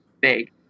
Big